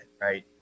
Right